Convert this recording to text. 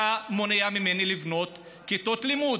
אתה מונע ממני לבנות כיתות לימוד.